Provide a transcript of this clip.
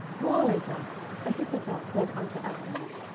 moreover ahithophel said unto absalom,